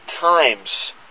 times